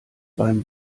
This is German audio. beim